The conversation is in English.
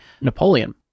Napoleon